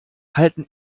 halten